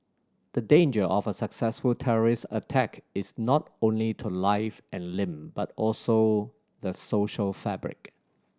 the danger of a successful terrorist attack is not only to life and limb but also the social fabric